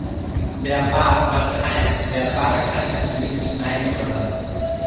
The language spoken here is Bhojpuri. व्यापार बाधाएँ व्यापार खातिर निक नाइ होला